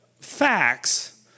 facts